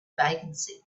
vacancy